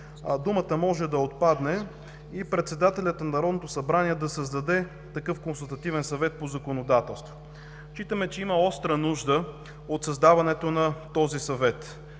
думата „може“ да отпадне и председателят на Народното събрание да създаде такъв Консултативен съвет по законодателство. Считаме, че има остра нужда от създаването на този Съвет.